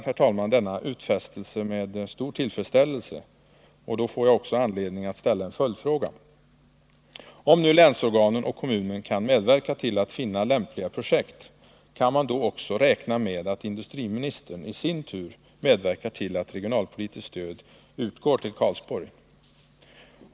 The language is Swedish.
Jag hälsar denna utfästelse med stor tillfredsställelse och får då anledning att ställa en följdfråga: Om nu länsorganen och kommunen kan medverka till att finna lämpliga projekt, kan man då också räkna med att industriministern i sin tur medverkar till att regionalpolitiskt stöd utgår till Karlsborg?